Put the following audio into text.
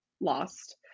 lost